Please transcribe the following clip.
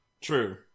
True